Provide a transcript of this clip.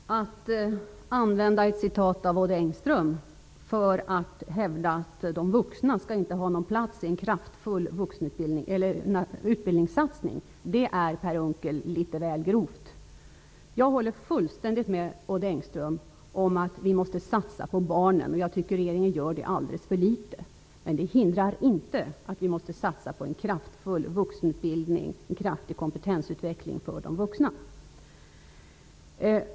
Herr talman! Att använda ett citat av Odd Engström för att hävda att de vuxna inte skall ha någon plats i en kraftfull utbildningssatsning är, Per Jag håller fullständigt med Odd Enström om att vi måste satsa på barnen, och jag tycker att regeringen gör det alldeles för litet. Men det hindrar inte en satsning på en kraftfull vuxenutbildning och en kraftig kompetensutveckling för de vuxna.